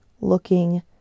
looking